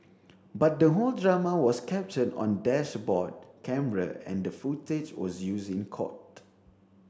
but the whole drama was captured on dashboard camera and the footage was used in court